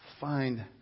find